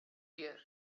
here